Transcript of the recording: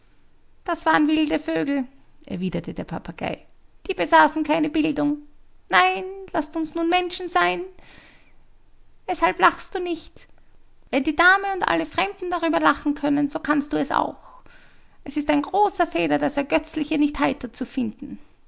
das waren wilde vögel erwiderte der papagei die besaßen keine bildung nein laßt uns nun men schen sein weshalb lachst du nicht wenn die dame und alle fremden darüber lachen können so kannst du es auch es ist ein großer fehler das ergötzliche nicht heiter zu finden